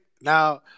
now